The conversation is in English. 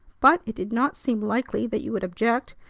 but it did not seem likely that you would object,